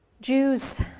Jews